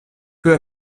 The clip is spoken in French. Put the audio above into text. peu